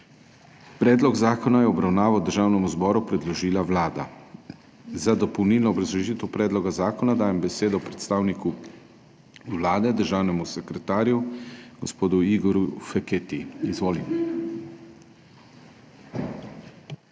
Predlog zakona je v obravnavo Državnemu zboru predložila Vlada. Za dopolnilno obrazložitev predloga zakona dajem besedo predstavniku Vlade, državnemu sekretarju gospodu Igorju Feketiji. Izvoli.